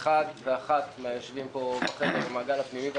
אחד ואחת מהיושבים פה בחדר במעגל הפנימי והחיצוני,